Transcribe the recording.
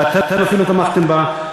ואתם אפילו תמכתם בה,